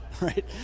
right